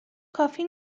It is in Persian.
کافی